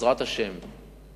בעזרת השם,